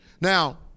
Now